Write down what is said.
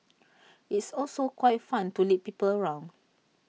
it's also quite fun to lead people around